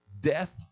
death